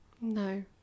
no